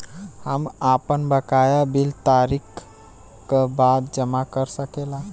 हम आपन बकाया बिल तारीख क बाद जमा कर सकेला?